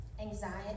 anxiety